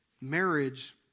marriage